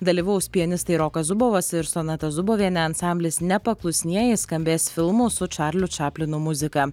dalyvaus pianistai rokas zubovas ir sonata zubovienė ansamblis nepaklusnieji skambės filmo su čarliu čaplinu muzika